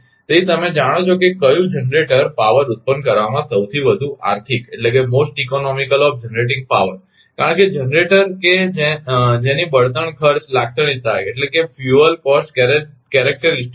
તેથી તમે જાણો છો કે કયું જનરેટર પાવર ઉત્પન્ન કરવામાં સૌથી વધુ આર્થિક છે કારણ કે જનરેટર કે જેની બળતણ ખર્ચ લાક્ષણિકતા અલગ છે